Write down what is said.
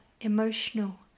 emotional